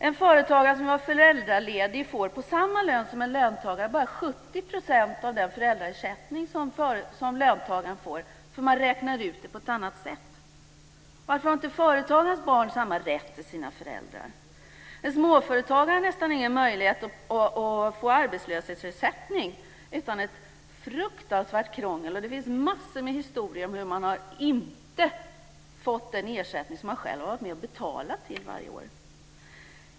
En företagare som är föräldraledig får på samma lön som en löntagare bara 70 % av den föräldraersättning som löntagaren får, för man räknar ut det på ett annat sätt. Varför har inte företagarens barn samma rätt till sina föräldrar? En småföretagare har nästan ingen möjlighet att få arbetslöshetsersättning utan ett fruktansvärt krångel. Det finns massor med historier om hur man inte har fått den ersättning som man själv har varit med om att betala till varje år.